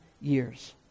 years